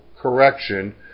correction